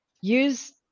use